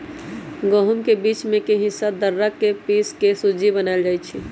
गहुम के बीच में के हिस्सा दर्रा से पिसके सुज्ज़ी बनाएल जाइ छइ